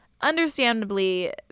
understandably